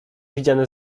widziane